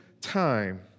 time